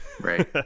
Right